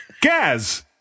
Gaz